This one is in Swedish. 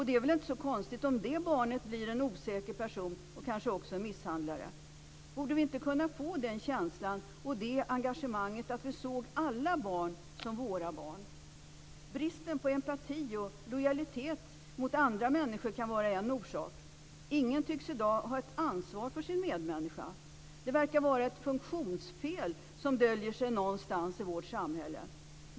Det är väl inte så konstigt om det barnet blir en osäker person och kanske också en misshandlare. Borde vi inte kunna få den känslan och det engagemanget att vi såg alla barn som våra barn? Bristen på empati och lojalitet mot andra människor kan vara en orsak. Ingen tycks i dag ha ett ansvar för sin medmänniska. Det verkar vara ett funktionsfel som döljer sig någonstans i vårt samhälle.